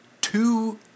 two